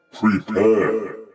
Prepare